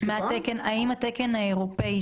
אין תקן אירופאי